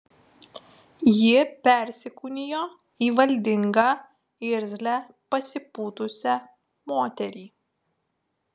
ji persikūnijo į valdingą irzlią pasipūtusią moterį